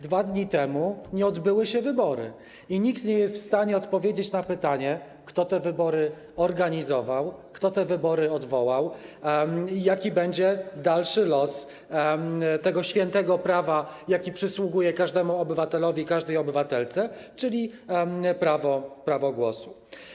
2 dni temu nie odbyły się wybory i nikt nie jest w stanie odpowiedzieć na pytanie, kto te wybory organizował, kto te wybory odwołał, jaki będzie dalszy los tego świętego prawa, jakie przysługuje każdemu obywatelowi i każdej obywatelce, czyli prawa głosu.